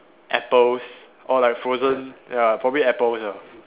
apples or like frozen ya probably apple ah